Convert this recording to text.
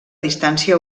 distància